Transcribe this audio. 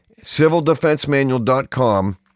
civildefensemanual.com